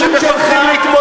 נא